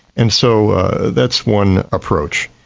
and so that's one approach.